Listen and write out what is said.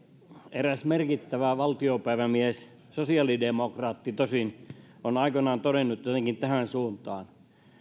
eräs merkittävä valtiopäivämies sosiaalidemokraatti tosin on aikoinaan todennut jotenkin tähän suuntaan